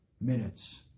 minutes